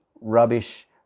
rubbish